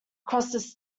across